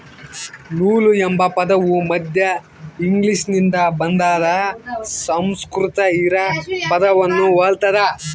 ನೂಲು ಎಂಬ ಪದವು ಮಧ್ಯ ಇಂಗ್ಲಿಷ್ನಿಂದ ಬಂದಾದ ಸಂಸ್ಕೃತ ಹಿರಾ ಪದವನ್ನು ಹೊಲ್ತದ